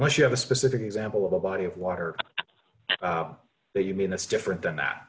unless you have a specific example of the body of water that you mean that's different than that